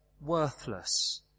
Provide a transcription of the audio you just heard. worthless